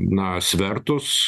na svertus